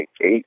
eight